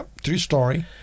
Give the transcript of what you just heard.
three-story